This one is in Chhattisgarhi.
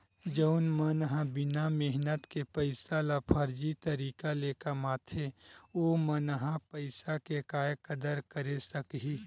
जउन मन ह बिना मेहनत के पइसा ल फरजी तरीका ले कमाथे ओमन ह पइसा के काय कदर करे सकही